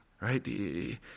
right